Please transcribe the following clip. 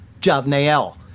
Javna'el